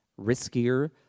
riskier